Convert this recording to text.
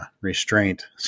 restraint